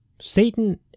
Satan